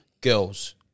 girls